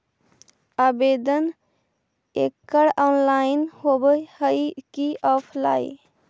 आवेदन एकड़ ऑनलाइन होव हइ की ऑफलाइन?